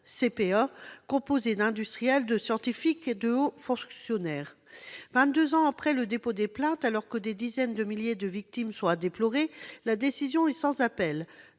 composé d'industriels, de scientifiques et de hauts fonctionnaires. Vingt-deux ans après le dépôt des plaintes, alors que des dizaines de milliers de victimes sont à déplorer, la décision est sans appel